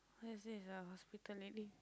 where is this a hospital lately